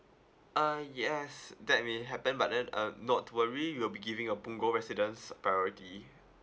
uh yes that may happen but then uh not to worry we'll be giving a punggol residence priority